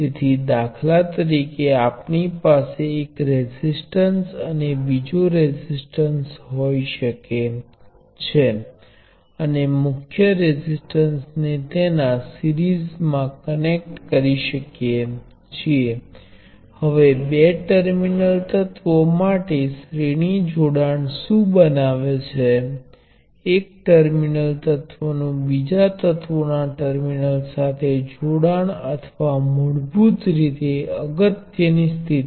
તેથી તે માટે હું દરેક રેઝિસ્ટર પરનો વોલ્ટેજ અને દરેક રેઝિસ્ટર મા વહેતા પ્રવાહ ને ચિહ્નિત કરું છું અને આપણે જાણીએ છીએ કે એક જ પ્ર્વાહ એ બધા રેઝિસ્ટર દ્વારા વહે છે શ્રેણીના જોડાણને કારણે અને તેથી હું તે પ્રવાહ ને I કહીશ